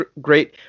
great